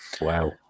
wow